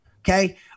Okay